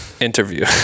interview